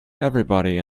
everybody